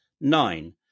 nine